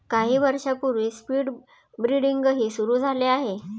काही वर्षांपूर्वी स्पीड ब्रीडिंगही सुरू झाले आहे